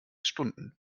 stunden